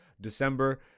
December